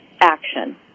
action